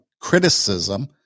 criticism